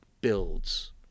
builds